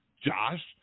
Josh